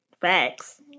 Facts